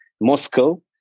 Moscow